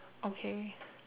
okay